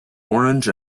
orange